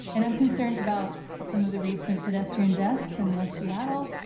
and i'm concerned about some of the recent pedestrian deaths in west seattle.